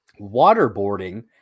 Waterboarding